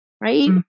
Right